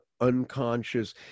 unconscious